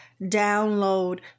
download